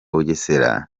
bugesera